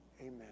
Amen